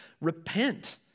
repent